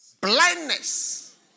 Blindness